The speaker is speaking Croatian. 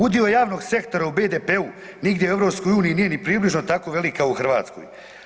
Udio javnog sektora u BDP-u nigdje u EU nije ni približno tako velik kao u Hrvatskoj.